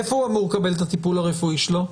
איפה הוא אמור לקבל את הטיפול הרפואי שלו?